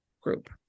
group